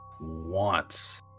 wants